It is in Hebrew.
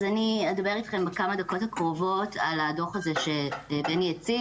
אני אדבר אתכם בכמה דקות הקרובות על הדוח הזה שבני הציג,